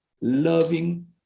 loving